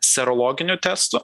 serologinių testų